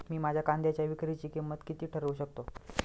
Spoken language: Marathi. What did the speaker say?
मी माझ्या कांद्यांच्या विक्रीची किंमत किती ठरवू शकतो?